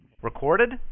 recorded